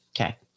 Okay